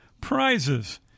prizes